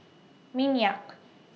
Minyak